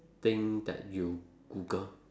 thing that you google